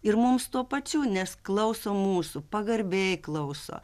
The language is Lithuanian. ir mums tuo pačiu nes klauso mūsų pagarbiai klauso